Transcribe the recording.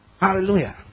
hallelujah